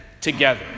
together